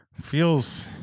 feels